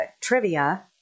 Trivia